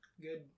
good